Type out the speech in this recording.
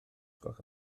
gwelwch